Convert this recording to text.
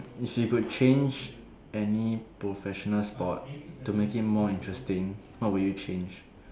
if you could change any professional sport to make it more interesting what will you change